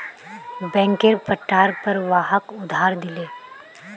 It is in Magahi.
बैंकेर पट्टार पर वहाक उधार दिले